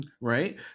right